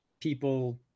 people